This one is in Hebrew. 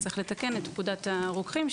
צריך לתקן את פקודת הרוקחים,